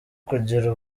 kugira